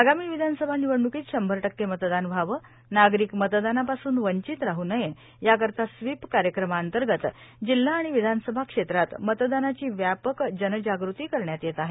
आगामी विधानसभा निवडण्कीत शंभर टक्के मतदान व्हावे नागरिक मतदानापासून वंचित राह नये याकरिता स्वीप कार्यक्रमांतर्गत जिल्हा आणि विधानसभा क्षेत्रात मतदानाची व्यापक जनजागृती करण्यात येत आहे